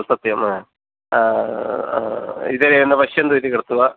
सत्यं हा इतरे न पश्यन्तु इति कृत्वा